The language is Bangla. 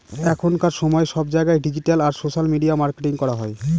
এখনকার সময়ে সব জায়গায় ডিজিটাল আর সোশ্যাল মিডিয়া মার্কেটিং করা হয়